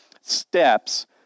steps